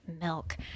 milk